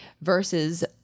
versus